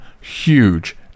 huge